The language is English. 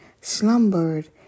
slumbered